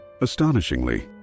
astonishingly